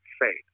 faith